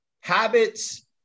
habits